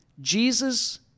Jesus